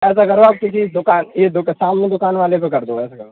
ऐसा करो आप किसी दुकान यह सामने दुकान वाले को कर दो ऐसा करो